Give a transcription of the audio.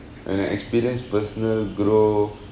when I experience personal growth